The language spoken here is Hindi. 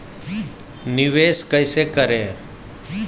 निवेश कैसे करें?